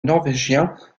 norvégien